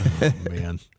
man